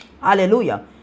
Hallelujah